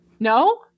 no